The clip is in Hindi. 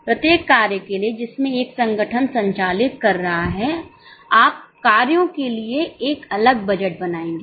प्रत्येक कार्य के लिए जिसमें एक संगठन संचालितकर रहा है आप कार्यों के लिए एक अलग बजट बनाएंगे